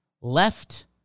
left